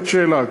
זאת שאלה,